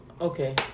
Okay